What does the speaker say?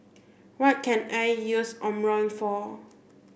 what can I use Omron for